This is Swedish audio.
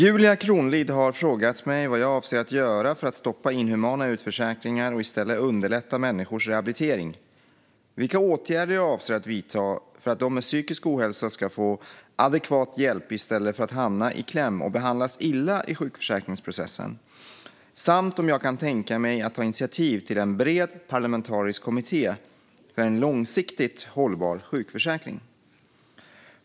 Herr talman! har frågat mig vad jag avser att göra för att stoppa inhumana utförsäkringar och i stället underlätta människors rehabilitering, vilka åtgärder jag avser att vidta för att de med psykisk ohälsa ska få adekvat hjälp i stället för att hamna i kläm och behandlas illa i sjukförsäkringsprocessen samt om jag kan tänka mig att ta initiativ till en bred parlamentarisk kommitté för en långsiktigt hållbar sjukförsäkring.